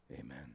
Amen